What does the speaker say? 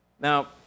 Now